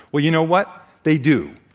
well, you know what? they do